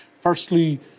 firstly